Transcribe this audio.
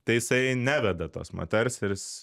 tai jisai neveda tos moters ir jis